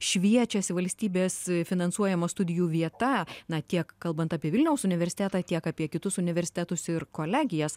šviečiasi valstybės finansuojama studijų vieta na tiek kalbant apie vilniaus universitetą tiek apie kitus universitetus ir kolegijas